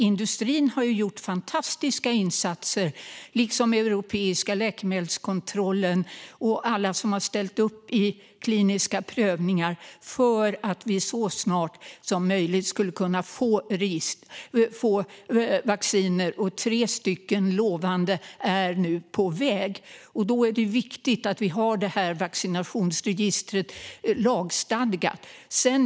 Industrin har gjort fantastiska insatser, liksom Europeiska läkemedelsmyndigheten och alla som har ställt upp i kliniska prövningar för att vi så snart som möjligt ska kunna få vacciner. Tre stycken lovande är nu på väg. Då är det viktigt att vaccinationsregistret är lagstadgat.